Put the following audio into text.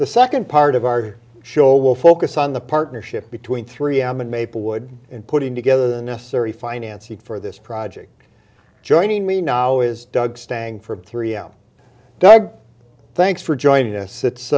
the second part of our show will focus on the partnership between three am and maple wood and putting together the necessary finance heat for this project joining me now is doug stang for three out doug thanks for joining us it's